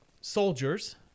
soldiers